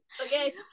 Okay